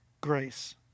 grace